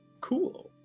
Cool